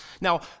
Now